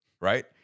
Right